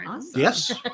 Yes